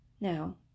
Now